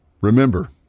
Remember